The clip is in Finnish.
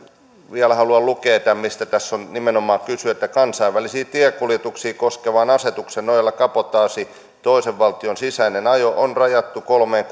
vielä haluan lukea tämän mistä tässä on nimenomaan kyse että kansainvälisiä tiekuljetuksia koskevan asetuksen nojalla kabotaasi toisen valtion sisäinen ajo on rajattu kolmeen